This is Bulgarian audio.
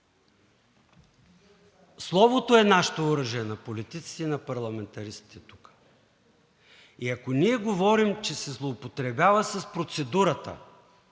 Словото е нашето оръжие на политиците и на парламентаристите тук и ако ние говорим, че се злоупотребява с процедурата